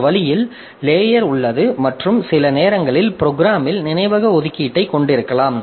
அந்த வழியில் லேயர் உள்ளது மற்றும் சில நேரங்களில் ப்ரோக்ராமில் நினைவக ஒதுக்கீட்டைக் கொண்டிருக்கலாம்